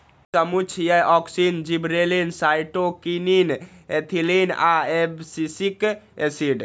ई समूह छियै, auxin, gibberellin, cytokinin, ethylene आ एब्सिसिक एसिड